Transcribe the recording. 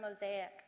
mosaic